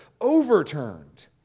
overturned